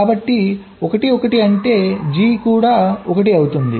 కాబట్టి 1 1 అంటే G కూడా 1 అవుతుంది